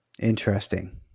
Interesting